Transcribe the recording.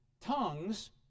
tongues